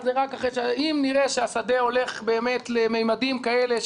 אבל זה רק אם נראה שהשדה הולך באמת לממדים כאלה,